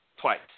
twice